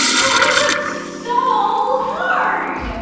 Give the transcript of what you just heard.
but we worked so hard!